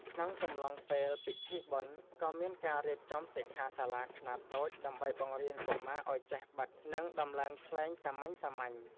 ក្នុងកំឡុងពេលពិធីបុណ្យ ក៏មានការរៀបចំសិក្ខាសាលាខ្នាតតូចដើម្បីបង្រៀនកុមារឱ្យចេះបិត និងដំឡើងខ្លែងសាមញ្ញៗ។